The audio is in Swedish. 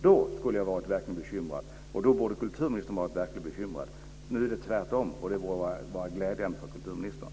Då skulle jag vara verkligen bekymrad, och då borde kulturministern verkligen vara bekymrad. Nu är det tvärtom, och det borde vara glädjande för kulturministern.